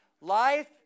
Life